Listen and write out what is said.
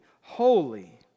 holy